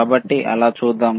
కాబట్టి అలా చూద్దాం